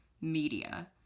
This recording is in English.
media